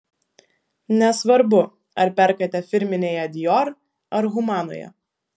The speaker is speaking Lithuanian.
nesvarbu ar perkate firminėje dior ar humanoje